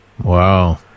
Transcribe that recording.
Wow